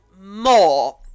more